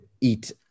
eat